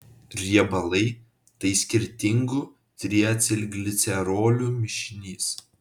riebalai tai skirtingų triacilglicerolių mišinys